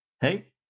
Hey